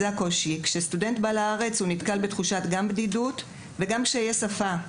כשסטודנט עולה לישראל הוא נתקל בתחושת בדידות וגם בקשיי שפה.